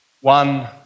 one